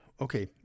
Okay